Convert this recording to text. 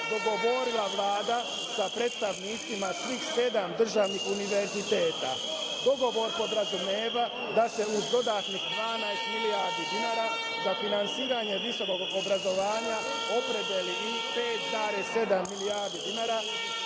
dogovorila Vlada sa predstavnicima svih sedam državnih univerziteta. Dogovor podrazumeva da se u dodatnih 12 milijardi dinara za finansiranje visokog obrazovanja opredeli i 5,7 milijardi dinara